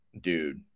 dude